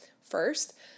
first